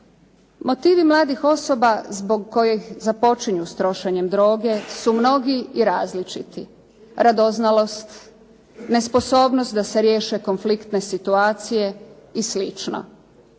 Motivi mladih osoba zbog kojih započinju s trošenjem droge su mnogi i različiti. Radoznalost, nesposobnost da se riješe konfliktne situacije i